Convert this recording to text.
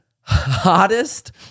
hottest